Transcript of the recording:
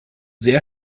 sehr